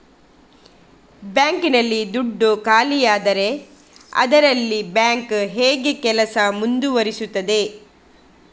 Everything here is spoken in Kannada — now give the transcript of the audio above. ಬ್ಯಾಂಕ್ ನಲ್ಲಿ ದುಡ್ಡು ಖಾಲಿಯಾದರೆ ಅದರಲ್ಲಿ ಬ್ಯಾಂಕ್ ಹೇಗೆ ಕೆಲಸ ಮುಂದುವರಿಸುತ್ತದೆ?